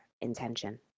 intention